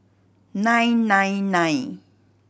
nine nine nine